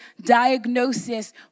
diagnosis